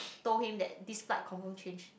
told him that this flight confirm change